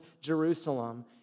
Jerusalem